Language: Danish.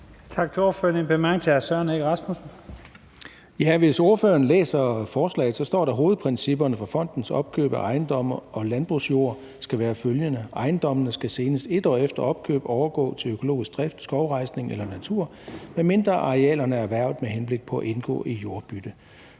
Hvis ordføreren læser forslaget, står der: »Hovedprincipperne for fondens opkøb af ejendomme og landbrugsjord skal være følgende: – Ejendommene skal senest 1 år efter opkøbet overgå til økologisk drift, skovrejsning eller natur, medmindre arealerne er erhvervet med henblik på at indgå i jordbytte.«